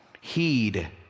Heed